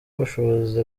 ubushobozi